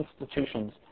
institutions